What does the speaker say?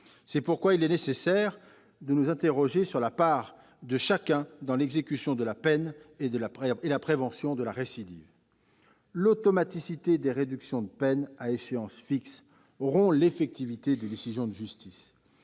C'est pourquoi il est nécessaire de nous interroger sur la part de chacun dans l'exécution de la peine et la prévention de la récidive. L'automaticité des réductions de peines, à échéance fixe, rompt l'effectivité des décisions de justice.